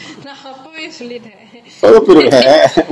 நான் அப்பவே சொல்லிட்டேன்:naan appave solliten